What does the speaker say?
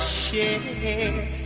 share